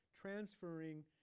transferring